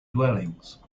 dwellings